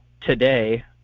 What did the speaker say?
today